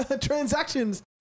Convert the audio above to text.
transactions